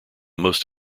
most